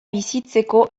bizitzeko